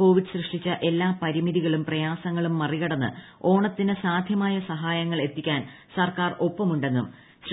Covid സൃഷ്ടിച്ച എല്ലാ പരിമിതികളും പ്രയാസങ്ങളും പ്രമ്റികടന്ന് ഓണത്തിനു സാധ്യമായ സഹായങ്ങൾ എത്തിക്ക്ടാൻ സർക്കാർ ഒപ്പമുണ്ടെന്നും